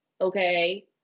okay